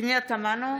פנינה תמנו,